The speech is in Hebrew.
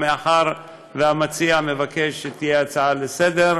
מאחר שהמציע מבקש שתהיה הצעה לסדר-היום,